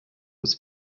was